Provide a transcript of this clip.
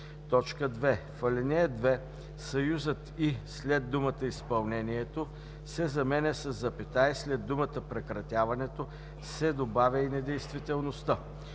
2. В ал. 2 съюзът „и“ след думата „изпълнението“ се заменя със запетая и след думата „прекратяването“ се добавя „и недействителността“.